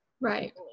right